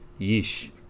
Yeesh